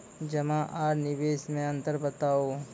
जमा आर निवेश मे अन्तर बताऊ?